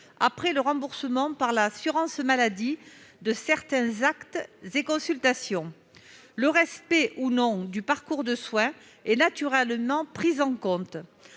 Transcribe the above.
après le remboursement par l'assurance maladie de certains actes et consultations. Le respect, ou non, du parcours de soins est naturellement pris en compte.